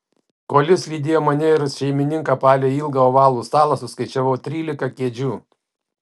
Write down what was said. kol jis lydėjo mane ir šeimininką palei ilgą ovalų stalą suskaičiavau trylika kėdžių